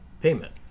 payment